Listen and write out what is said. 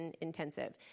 intensive